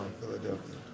Philadelphia